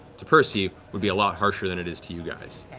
to percy, would be a lot harsher than it is to you guys.